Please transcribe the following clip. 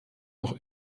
noch